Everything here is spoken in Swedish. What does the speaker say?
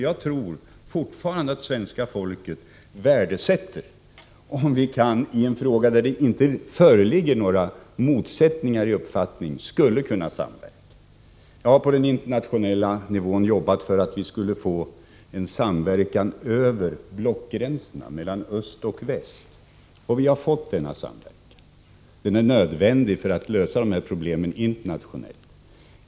Jag tror fortfarande att svenska folket värdesätter om vi kan samverka i en fråga där det inte föreligger några motsättningar i uppfattningarna. Jag har på den internationella nivån jobbat för att vi skulle få en samverkan över blockgränserna mellan öst och väst, och vi har fått denna samverkan. Den är nödvändig för att lösa dessa problem internationellt.